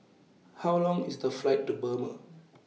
How Long IS The Flight to Burma